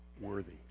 worthy